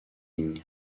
ligne